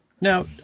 Now